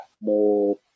more